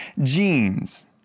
genes